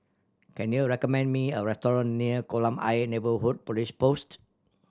can you recommend me a restaurant near Kolam Ayer Neighbourhood Police Post